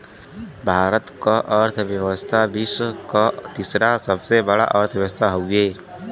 भारत क अर्थव्यवस्था विश्व क तीसरा सबसे बड़ा अर्थव्यवस्था हउवे